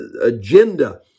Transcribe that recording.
agenda